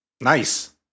Nice